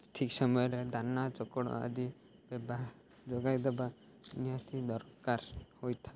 ଠିକ୍ ସମୟରେ ଦାନା ଚୋକଡ଼ ଆଦି ଦେବା ଯୋଗାଇଦେବା ନିହାତି ଦରକାର ହୋଇଥାଏ